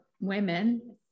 women